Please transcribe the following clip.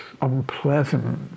unpleasant